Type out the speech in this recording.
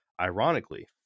Ironically